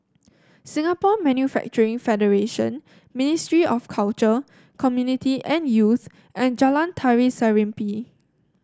Singapore Manufacturing Federation Ministry of Culture Community and Youth and Jalan Tari Serimpi